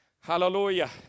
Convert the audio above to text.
Hallelujah